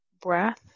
breath